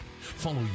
Follow